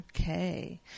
Okay